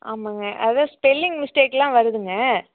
ஆமாங்க அதான் ஸ்பெல்லிங் மிஸ்டேக்லாம் வருதுங்க